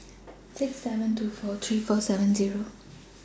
six seven two four three four seven Zero